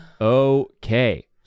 Okay